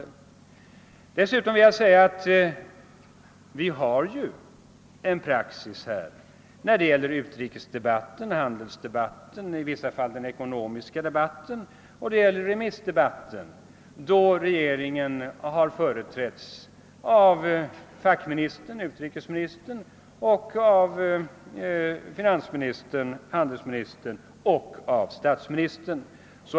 Det finns ju en praxis när det gäller utrikesdebatter, handelsdebatter, i vissa fall ekonomiska debatter samt remissdebatter, där regeringen företräds av fackministern — utrikesministern, finansministern, handelsministern — och statsministern.